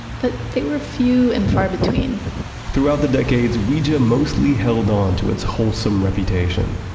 but they were few and far between throughout the decades, ouija mostly held on to its wholesome reputation.